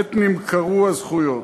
עת נמכרו הזכויות.